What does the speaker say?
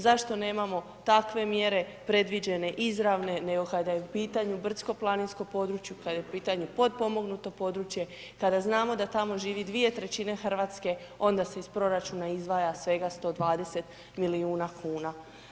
Zašto nemamo takve mjere predviđene izravne nego kada je u pitanju brdsko-planinsko područje, kada je u pitanju potpomognuto područje kada znamo da tamo živi 2/3 Hrvatske onda se iz proračuna izdvaja svega 120 milijuna kuna.